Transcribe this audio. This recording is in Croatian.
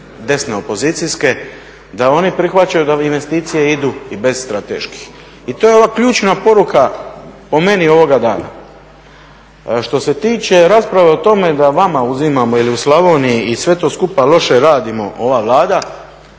desne opozicijske, da oni prihvaćaju da investicije idu i bez strateških. I to je ova ključna poruka po meni ovoga dana. Što se tiče rasprave o tome da vama uzimamo ili u Slavoniji i sve to skupa loše radimo, ova Vlada,